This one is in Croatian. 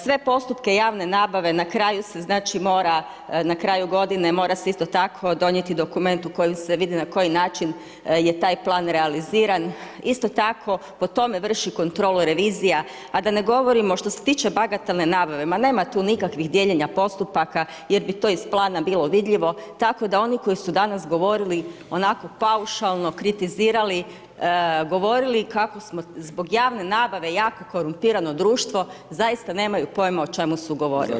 Sve postupke javne nabave na kraju se znači mora, na kraju godine mora se isto tako donijeti dokument u kojem se vidi na koji način je taj plan realiziran, isto tako, po tome vrši kontrolu revizija a da ne govorimo što se tiče bagatelne nabave, ma nema tu nikakvih dijeljenja postupaka jer bi to iz plana bilo vidljivo, tako da oni koji su danas bili govorili onako paušalno, kritizirali, govorili kako smo zbog javne nabave jako korumpirano društvo, zaista nemaju pojma o čemu su govorili, hvala.